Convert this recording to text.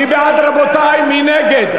מי בעד, רבותי, מי נגד?